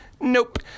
Nope